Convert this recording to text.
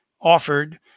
offered